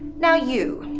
now, you.